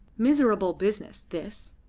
miserable business, this.